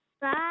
Bye